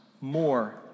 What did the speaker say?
more